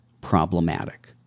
problematic